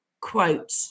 quote